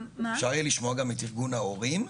אפשר יהיה לשמוע גם את ארגון ההורים?